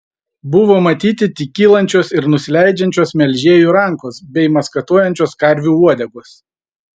buvo matyti tik kylančios ir nusileidžiančios melžėjų rankos bei maskatuojančios karvių uodegos